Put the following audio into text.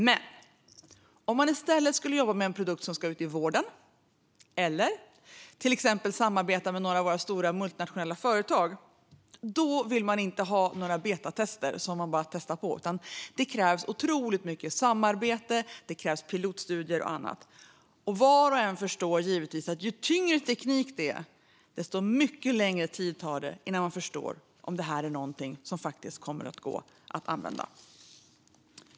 Men om man i stället skulle jobba med en produkt som ska ut i vården eller till exempel samarbeta med några av våra stora multinationella storföretag, då vill man inte ha några betatestare som bara testar på, utan då krävs otroligt mycket samarbete, pilotstudier och annat. Var och en förstår givetvis att ju tyngre teknik det är, desto längre tid tar det innan man förstår om det här är någonting som faktiskt kommer att gå att använda.